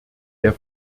der